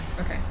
okay